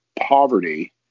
poverty